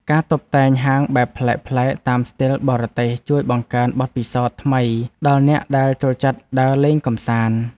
ការតុបតែងហាងបែបប្លែកៗតាមស្ទីលបរទេសជួយបង្កើនបទពិសោធន៍ថ្មីដល់អ្នកដែលចូលចិត្តដើរលេងកម្សាន្ត។